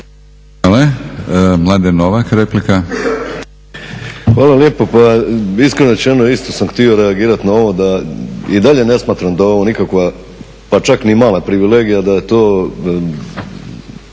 laburisti - Stranka rada)** Hvala lijepo. Pa iskreno rečeno isto sam htio reagirati na ovo da i dalje ne smatram da je ovo nikakva pa čak ni mala privilegija, da je to